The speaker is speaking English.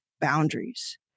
boundaries